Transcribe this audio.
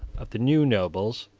of the new nobles,